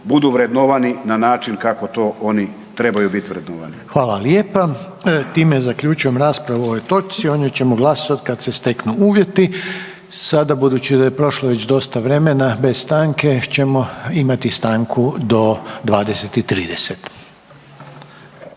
budu vrednovani na način kako to oni trebaju biti vrednovani. **Reiner, Željko (HDZ)** Hvala lijepa. Time zaključujem raspravu o ovoj točci, o njoj ćemo glasova kad se steknu uvjeti. Sada budući da je prošlo već dosta vremena bez stanke ćemo imati stanku do 20 i 30.